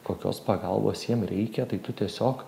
kokios pagalbos jiem reikia tai tiesiog